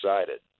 excited